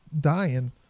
dying